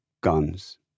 guns